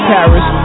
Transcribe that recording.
Paris